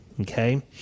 okay